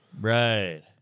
Right